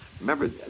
Remember